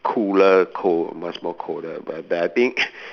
cooler cold much more colder but that I think